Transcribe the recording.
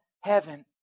Heaven